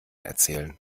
erzählen